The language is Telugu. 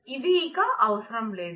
ఇవి ఇక అవసరం లేదు